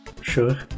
Sure